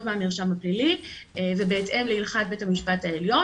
מהמרשם הפלילי ובהתאם להלכת בית המשפט העליון,